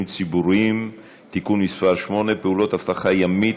ציבוריים (תיקון מס' 8) (פעולות אבטחה ימית),